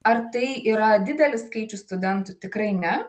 ar tai yra didelis skaičius studentų tikrai ne